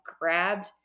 grabbed